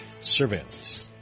Surveillance